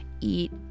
eat